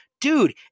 dude